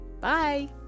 Bye